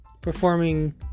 performing